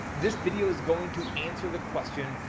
this video is going to answer the question.